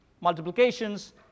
multiplications